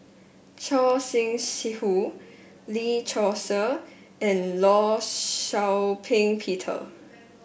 Choor Singh Sidhu Lee Seow Ser and Law Shau Ping Peter